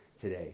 today